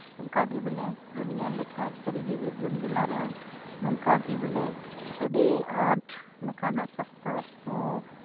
ᱚᱱᱠᱟᱜᱮ ᱵᱚᱞᱮ ᱵᱚᱱ ᱧᱮᱞ ᱞᱮᱠᱷᱟᱱ ᱥᱟᱹᱨᱤᱜᱮ ᱵᱤᱨᱵᱷᱩᱢ ᱡᱮᱞᱟ ᱨᱮᱦᱚᱸ ᱱᱚᱝᱠᱟ ᱜᱮ ᱵᱚᱞᱮ ᱟᱹᱰᱤ ᱟᱸᱴ ᱱᱚᱝᱠᱟᱱᱟᱜ ᱥᱟᱥᱛᱷᱚ ᱦᱚᱸ